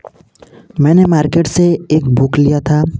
मैंने मार्केट से एक बुक लिया था